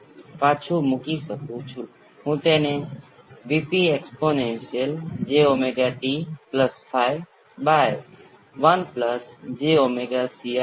પરંતુ આ બે કેટલાક મૂળભૂત પ્રકારો છે અને તેના વિશે કંઈક જાણવું યોગ્ય છે જો તમે V s ને 0 પર સેટ કરો છો અને V s સાથે સર્કિટને 0 પર સેટ કરો છો તો તેમાં RL અને C હશે તેથી તમારી પાસે એક જ લૂપ હશે અને તે એકલી લૂપમાં તમારી પાસે શ્રેણીમાં RL અને C છે